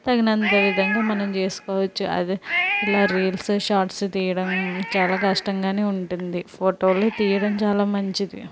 తగినంత విధంగా మనం చేసుకోవచ్చు అదే ఇలా రీల్స్ షార్ట్స్ తియ్యడం చాలా కష్టంగానే ఉంటుంది ఫోటోలు తియ్యడం చాలా మంచిది